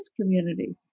community